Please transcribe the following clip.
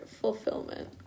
fulfillment